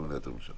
לא מליאת הממשלה.